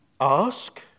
Ask